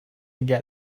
get